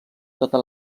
tota